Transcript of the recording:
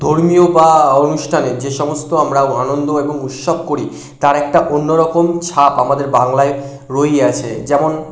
ধর্মীয় বা অনুষ্ঠানে যে সমস্ত আমরা আনন্দ এবং উৎসব করি তার একটা অন্য রকম ছাপ আমাদের বাংলায় রয়েই আছে যেমন